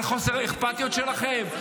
לחוסר האכפתיות שלכם?